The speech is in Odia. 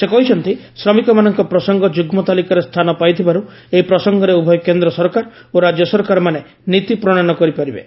ସେ କହିଛନ୍ତି ଶ୍ରମିକ ମାନଙ୍କ ପ୍ରସଙ୍ଗ ଯୁଗ୍ମ ତାଲିକାରେ ସ୍ଥାନ ପାଇଥିବାରୁ ଏହି ପ୍ରସଙ୍ଗରେ ଉଭୟ କେନ୍ଦ୍ର ସରକାର ଓ ରାଜ୍ୟ ସରକାର ମାନେ ନୀତି ପ୍ରଣୟନ କରିପାରିବେ